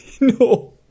No